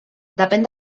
depèn